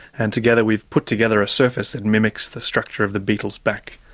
and together we've put together a surface that mimics the structure of the beetle's back,